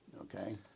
Okay